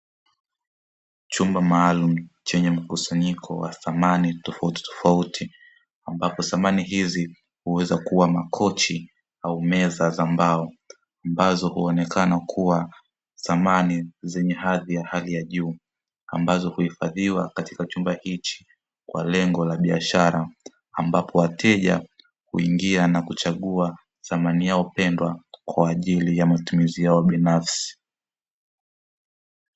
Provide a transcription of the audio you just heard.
Chumba maalumu chenye mkusanyiko wa samani tofautitofauti, ambapo samani hizi huweza kuwa makochi, au meza za mbao, ambazo huonekana kuwa samani zenye hadhi ya hali ya juu, ambazo huhifadhiwa katika chumba hichi kwa lengo la biashara, ambapo wateja huingia na kuchagua samani yao pendwa, kwa ajili ya matumizi yao binafsi.